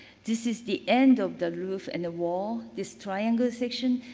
this is the end of the roof and the wall, this triangle section.